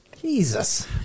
Jesus